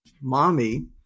mommy